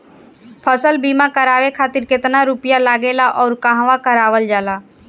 फसल बीमा करावे खातिर केतना रुपया लागेला अउर कहवा करावल जाला?